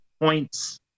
points